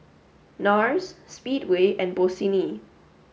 NARS Speedway and Bossini